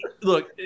look